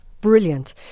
brilliant